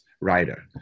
writer